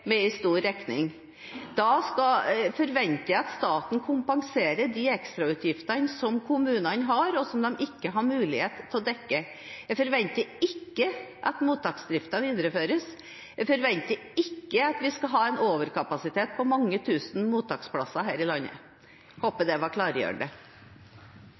stor regning. Da forventer jeg at staten kompenserer de ekstrautgiftene som kommunene har, og som de ikke har mulighet til å dekke. Jeg forventer ikke at mottaksdriften videreføres. Jeg forventer ikke at vi skal ha en overkapasitet på mange tusen mottaksplasser her i landet.